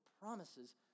promises